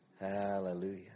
Hallelujah